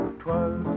twas